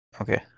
okay